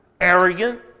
arrogant